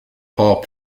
pop